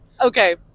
Okay